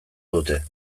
dute